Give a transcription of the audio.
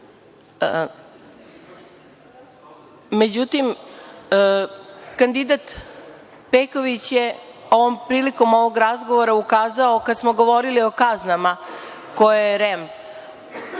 važno.Međutim, kandidat Peković je prilikom ovog razgovora ukazao, kada smo govorili o kaznama koje je REM